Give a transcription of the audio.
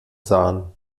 sahen